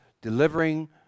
delivering